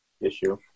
issue